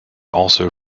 also